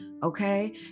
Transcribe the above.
Okay